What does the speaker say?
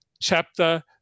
chapter